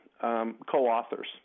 co-authors